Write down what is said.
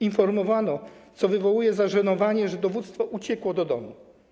Informowano, co wywołuje zażenowanie, że dowództwo uciekło do domu.